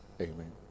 amen